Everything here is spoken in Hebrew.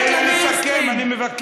תן לה לסכם, אני מבקש.